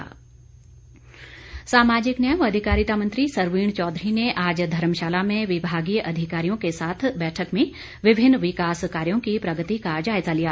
सरवीण सामाजिक न्याय व अधिकारिता मंत्री सरवीण चौधरी ने आज धर्मशाला में विभागीय अधिकारियों के साथ बैठक में विभिन्न विकास कार्यों की प्रगति का जायजा लिया